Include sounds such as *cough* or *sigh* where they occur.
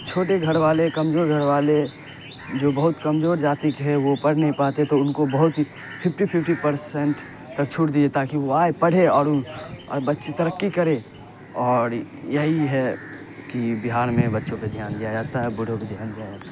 چھوٹے گھر والے کمزور گھر والے جو بہت کمزور جاتی کے ہیں وہ پڑھ نہیں پاتے تو ان کو بہت ہی پھپٹی پھپٹی پرسینٹ تک چھوٹ دی *unintelligible* تاکہ وہ آئے پڑھے اور ان اور بچے ترقی کرے اور یہی ہے کہ بہار میں بچوں پہ دھیان دیا جاتا ہے بوڑھوں پہ دھیان دیا جاتا